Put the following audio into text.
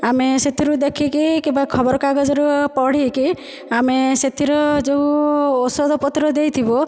ଆମେ ସେଥିରୁ ଦେଖିକି କିମ୍ବା ଖବରକାଗଜରେ ପଢ଼ିକି ଆମେ ସେଥିରୁ ଯେଉଁ ଔଷଧ ପତ୍ର ଦେଇଥିବ